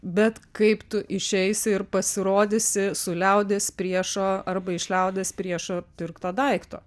bet kaip tu išeisi ir pasirodysi su liaudies priešo arba iš liaudies priešo pirkto daikto